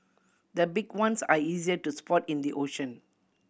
the big ones are easier to spot in the ocean